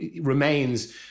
remains